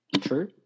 True